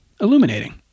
Illuminating